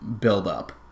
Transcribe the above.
buildup